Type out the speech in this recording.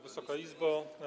Wysoka Izbo!